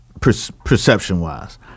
perception-wise